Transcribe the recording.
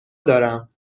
دارم